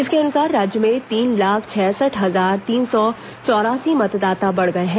इसके अनुसार राज्य में तीन लाख छियासठ हजार तीन सौ चौरासी मतदाता बढ़ गए हैं